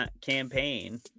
campaign